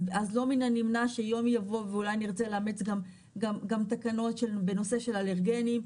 אז לא מן הנמנע שיום יבוא ואולי נרצה לאמץ גם תקנות בנושא של אלרגנים,